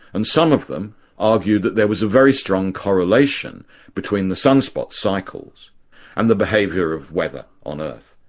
and some of them argued that there was a very strong correlation between the sunspot cycles and the behaviour of weather on earth.